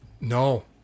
No